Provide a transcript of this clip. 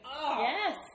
Yes